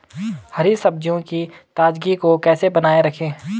हरी सब्जियों की ताजगी को कैसे बनाये रखें?